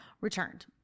Returned